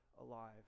alive